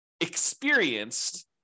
experienced